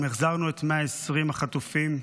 האם החזרנו את 120 החטופים,